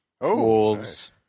wolves